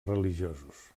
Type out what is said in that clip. religiosos